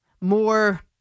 more